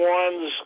ones